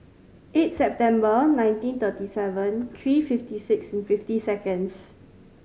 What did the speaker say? eight September nineteen thirty seven three fifty six fifty seconds